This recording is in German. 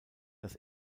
das